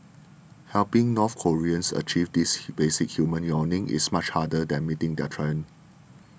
helping North Koreans achieve this basic human yearning is much harder than meeting their tyrant